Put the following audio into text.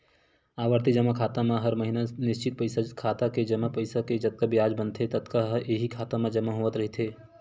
आवरती जमा खाता म हर महिना निस्चित पइसा खाता के जमा पइसा के जतका बियाज बनथे ततका ह इहीं खाता म जमा होवत रहिथे